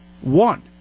One